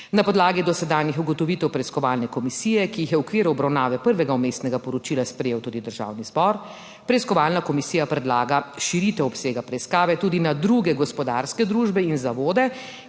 Na podlagi dosedanjih ugotovitev preiskovalne komisije, ki jih je v okviru obravnave prvega vmesnega poročila sprejel tudi Državni zbor, preiskovalna komisija predlaga širitev obsega preiskave tudi na druge gospodarske družbe in zavode,